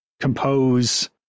compose